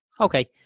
Okay